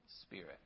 Spirit